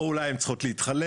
או אולי הן צריכות להתחלק?